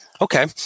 Okay